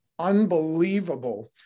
Unbelievable